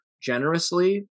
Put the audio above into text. generously